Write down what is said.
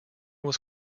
was